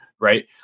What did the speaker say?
right